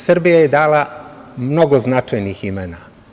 Srbija je dala mnogo značajnih imena.